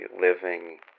living